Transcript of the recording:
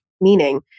meaning